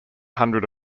hundred